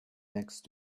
next